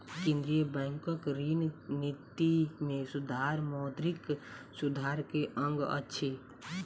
केंद्रीय बैंकक ऋण निति में सुधार मौद्रिक सुधार के अंग अछि